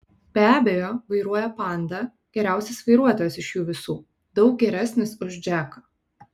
be abejo vairuoja panda geriausias vairuotojas iš jų visų daug geresnis už džeką